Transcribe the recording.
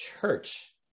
church